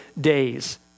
days